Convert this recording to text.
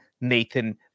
Nathan